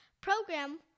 program